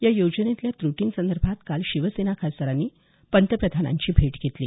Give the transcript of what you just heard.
या योजनेतल्या त्रटींसंदर्भात काल शिवसेना खासदारांनी पंतप्रधानांची भेट घेतली